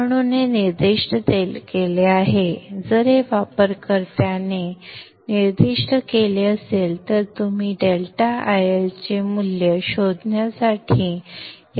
म्हणून हे निर्दिष्ट केले आहे जर हे वापरकर्त्याने निर्दिष्ट केले असेल तर तुम्ही डेल्टा IL चे मूल्य शोधण्यासाठी याचा वापर करू शकता